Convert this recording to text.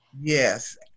Yes